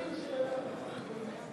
התשע"ד 2014,